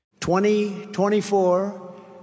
2024